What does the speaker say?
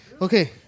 Okay